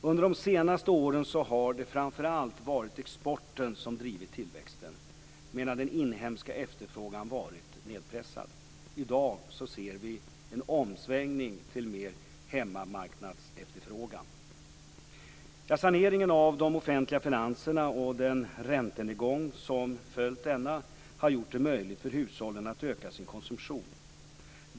Under de senaste åren har det framför allt varit exporten som drivit tillväxten, medan den inhemska efterfrågan varit nedpressad. I dag ser vi en omsvängning till mer hemmamarknadsefterfrågan. Saneringen av de offentliga finanserna och den räntenedgång som följt denna har gjort det möjligt för hushållen att öka sin konsumtion.